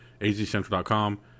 azcentral.com